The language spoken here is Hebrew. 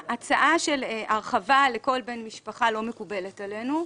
ההצעה של הרחבה לכל בן משפחה לא מקובלת עלינו.